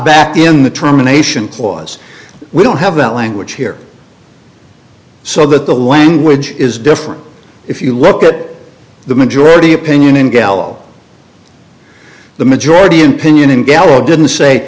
back in the terminations clause we don't have that language here so that the language is different if you look at it the majority opinion in gallo the majority opinion in gallup didn't say